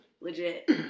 Legit